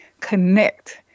connect